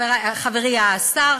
חברי השר,